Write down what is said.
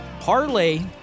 parlay